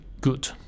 good